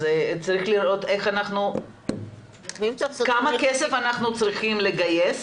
אז צריך לראות כמה כסף אנחנו צריכים לגייס